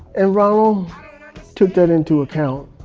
and ronald um took that into account.